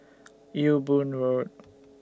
Ewe Boon Road